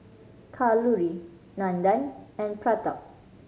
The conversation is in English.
Kalluri Nandan and Pratap